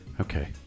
Okay